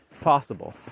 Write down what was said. possible